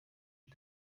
der